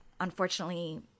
unfortunately